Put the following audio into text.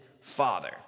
father